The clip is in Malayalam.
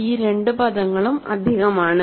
ഈ രണ്ട് പദങ്ങളും അധികമാണ്